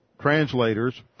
translators